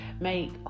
make